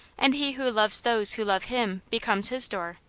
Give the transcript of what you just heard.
and he who loves those who love him becomes his door.